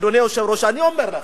אדוני היושב-ראש, אני אומר לכם,